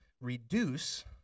reduce